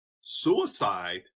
suicide